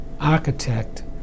architect